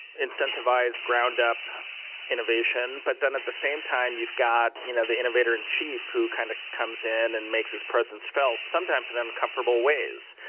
incentivize ground-up innovation, but then at the same time, you've got you know the innovator and chief who kind of comes in and makes his presence felt sometimes in uncomfortable ways.